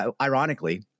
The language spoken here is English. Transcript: Ironically